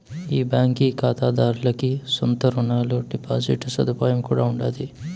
ఈ బాంకీ కాతాదార్లకి సొంత రునాలు, డిపాజిట్ సదుపాయం కూడా ఉండాది